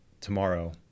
tomorrow